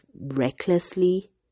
recklessly